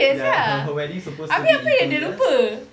ya her her wedding supposed to be in two years